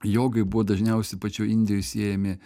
jogai buvo dažniausiai pačioj indijoj siejami